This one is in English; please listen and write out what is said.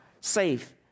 safe